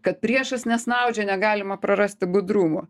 kad priešas nesnaudžia negalima prarasti budrumo